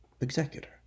executor